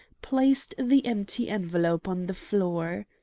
placed the empty envelope on the floor.